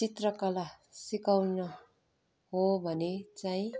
चित्रकला सिकाउन हो भने चाहिँ